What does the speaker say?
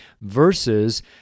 versus